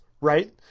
right